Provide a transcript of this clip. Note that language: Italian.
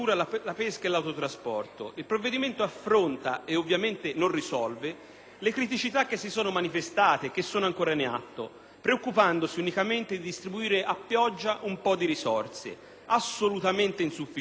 le criticità che si sono manifestate e che sono ancora in atto, preoccupandosi unicamente di distribuire a pioggia un po' di risorse, assolutamente insufficienti, destinandole qua e là senza alcun serio criterio di selezione.